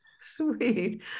Sweet